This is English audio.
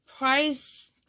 Price